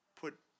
put